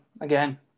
again